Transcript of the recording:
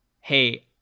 hey